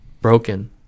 broken